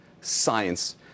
science